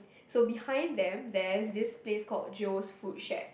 so behind them there's this place called Joe's food shack